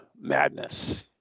madness